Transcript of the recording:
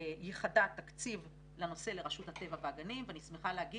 ייחדה תקציב לנושא לרשות הטבע והגנים ואני שמחה לומר